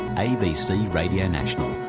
abc radio national,